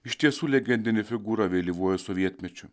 iš tiesų legendinė figūra vėlyvuoju sovietmečiu